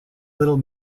little